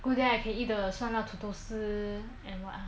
go there I can eat the 酸辣土豆丝 and what ah